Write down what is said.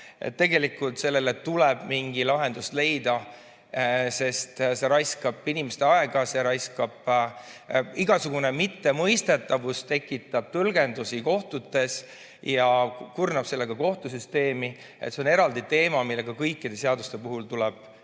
Tegelikult tuleb mingi lahendus leida, sest see raiskab inimeste aega. Igasugune mittemõistetavus tekitab tõlgendusi kohtutes ja kurnab sellega kohtusüsteemi. See on eraldi teema, millega kõikide seaduste puhul tuleb